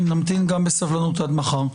נמתין בסבלנות עד מחר.